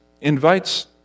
invites